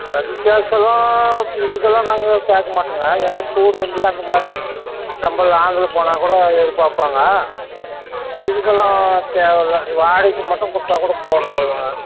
படி காசெல்லாம் இதற்கெல்லாம் நாங்கள் கேட்கமாட்டோங்க எதனா டூர் வண்டி அந்த மாரி ரொம்ப லாங்குல போனாக்கூட எதிர்பார்ப்பாங்க இதற்கெல்லாம் தேவையில்ல வாடகைக்கு மட்டும் கொடுத்தாக்கூட போதும் அவ்ளோ தாங்க